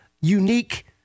unique